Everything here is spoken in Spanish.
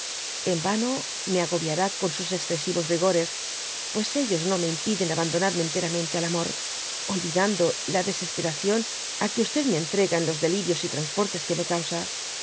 en yanome agoviará con sus excesivos rigores pues ellos no me impiden aban donarme enteramente al amor olvidando la desesperación á que me entrega en los delirios transportes que me causa